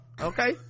okay